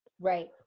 right